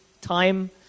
time